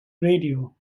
radio